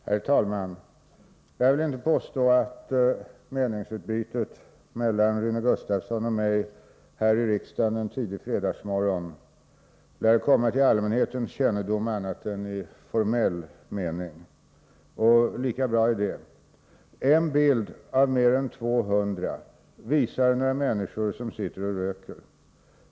Herr talman! Jag vill inte påstå att meningsutbytet mellan Rune Gustavsson och mig här i riksdagen en tidig fredagsmorgon lär komma till allmänhetens kännedom i annat än formell mening. Och lika bra är det. 1 bild av mer än 200 visar några människor som sitter och röker.